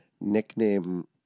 nickname